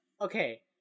okay